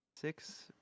Six